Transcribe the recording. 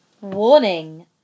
Warning